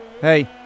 Hey